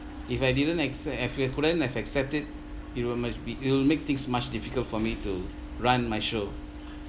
if I didn't accept if I couldn't have accepted it it will must be it'll make things much difficult for me to run my show